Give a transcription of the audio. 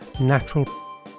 natural